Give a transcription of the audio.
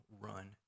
run